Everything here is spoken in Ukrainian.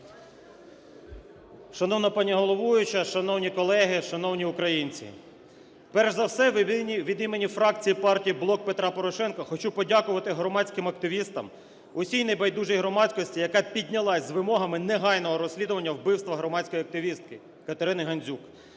Шановна пані головуюча, шановні колеги, шановні українці! Перш за все від імені фракції партії "Блок Петра Порошенка" хочу подякувати громадським активістам, усій небайдужій громадськості, яка піднялась з вимогами негайного розслідування вбивства громадської активістки КатериниГандзюк.